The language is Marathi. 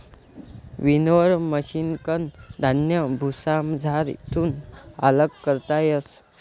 विनोवर मशिनकन धान्य भुसामझारथून आल्लग करता येस